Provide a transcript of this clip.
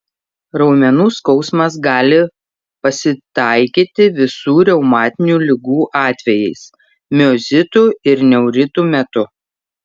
raumenų skausmas gali pasitaikyti visų reumatinių ligų atvejais miozitų ir neuritų metu